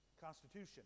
Constitution